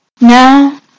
Now